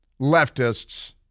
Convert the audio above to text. leftists